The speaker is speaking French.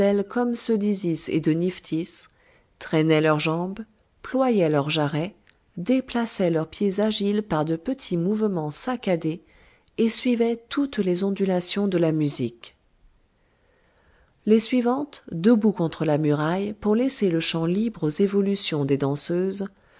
ceux d'isis et de nephthys traînaient leurs jambes ployaient leurs jarrets déplaçaient leurs pieds agiles par de petits mouvements saccadés et suivaient toutes les ondulations de la musique les suivantes debout contre la muraille pour laisser le champ libre aux évolutions des danseuses